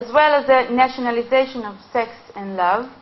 as well as the nationalization of sex and love.